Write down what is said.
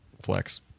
flex